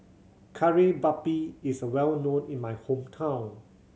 Kari Babi is a well known in my hometown